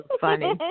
funny